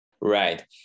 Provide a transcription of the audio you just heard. Right